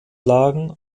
lagen